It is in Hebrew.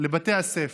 לבתי הספר,